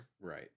Right